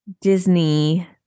Disney